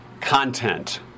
content